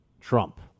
Trump